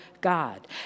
God